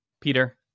Peter